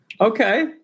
Okay